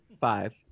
Five